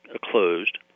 closed